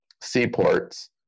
seaports